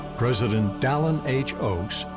president dallin h. oaks,